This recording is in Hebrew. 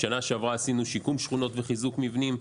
בשנה שעברה עשינו שיקום שכונות וחיזוק מבנים.